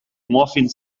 morphine